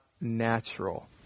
natural